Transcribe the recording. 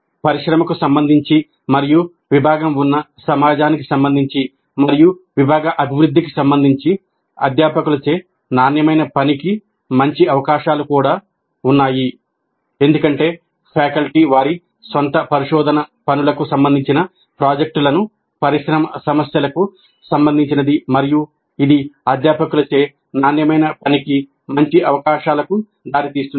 పరిశ్రమకు సంబంధించి మరియు విభాగం ఉన్న సమాజానికి సంబంధించి మరియు విభాగ అభివృద్ధికి సంబంధించిఅధ్యాపకులచే నాణ్యమైన పనికి మంచి అవకాశాలు కూడా ఉన్నాయి ఎందుకంటే ఫ్యాకల్టీ వారి స్వంత పరిశోధన పనులకు సంబంధించిన ప్రాజెక్టులను పరిశ్రమ సమస్యలకు సంబంధించినది మరియు ఇది అధ్యాపకులచే నాణ్యమైన పనికి మంచి అవకాశాలకు దారితీస్తుంది